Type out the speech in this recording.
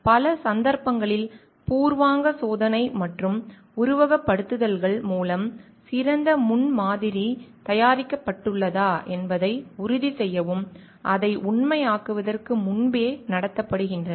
பல சந்தர்ப்பங்களில் பூர்வாங்க சோதனை மற்றும் உருவகப்படுத்துதல்கள் மூலம் சிறந்த முன்மாதிரி புரோட்டோடைப் தயாரிக்கப்பட்டுள்ளதா என்பதை உறுதிசெய்யவும் அதை உண்மையாக்குவதற்கு முன்பே நடத்தப்படுகின்றன